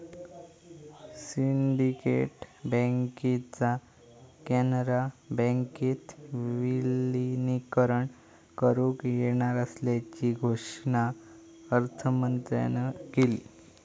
syndicate बँकेचा कॅनरा बँकेत विलीनीकरण करुक येणार असल्याची घोषणा अर्थमंत्र्यांन केली